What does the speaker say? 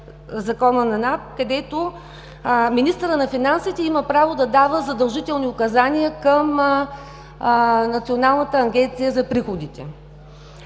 Закона на НАП, където министърът на финансите има право да дава задължителни указания към Националната агенция за приходите.